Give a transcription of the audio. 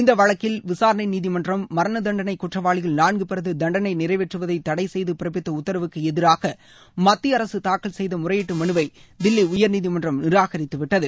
இந்த வழக்கில் விசாரணை நீதிமன்றம் மரண தண்டனை குற்றவாளிகள் நான்கு பேரது தண்டனை நிறைவேற்றுவதை தடை செய்து பிறப்பித்த உத்தரவுக்கு எதிராக மத்திய அரசு தாக்கல் செய்த முறையீட்டு மனுவை தில்லி உயர்நீதிமன்றம் நிராகரித்துவிட்டது